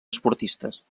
esportistes